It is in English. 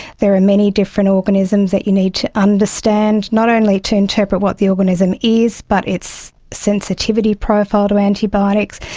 there are many different organisms that you need to understand, not only to interpret what the organism is but its sensitivity profile to antibiotics.